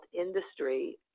industry